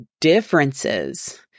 differences